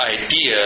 idea